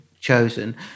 chosen